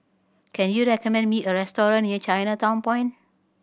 can you recommend me a restaurant near Chinatown Point